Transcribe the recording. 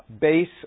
base